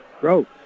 gross